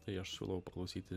tai aš siūlau paklausyti